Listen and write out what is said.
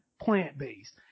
Plant-based